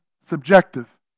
subjective